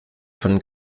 von